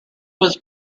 was